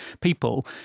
people